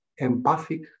empathic